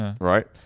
right